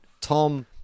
Tom